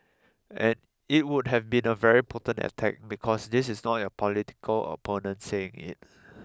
and it would have been a very potent attack because this is not your political opponent saying it